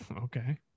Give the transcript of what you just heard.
okay